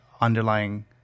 underlying